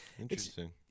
Interesting